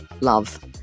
Love